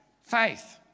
faith